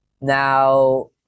Now